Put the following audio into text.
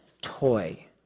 toy